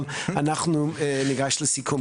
אבל אנחנו ניגש לסיכום.